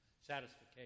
satisfaction